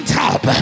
top